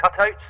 cutouts